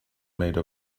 made